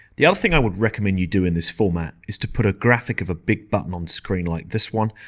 the other thing i would recommend you do in this format is to put a graphic of a big button on screen like this one,